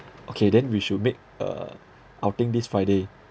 okay then we should make a outing this friday